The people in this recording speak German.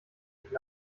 nicht